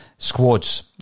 Squads